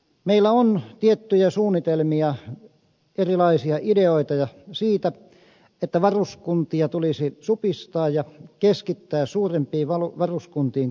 meillä on tiettyjä suunnitelmia erilaisia ideoita siitä että varuskuntia tulisi supistaa ja keskittää suurempiin varuskuntiin koulutusta